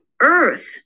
earth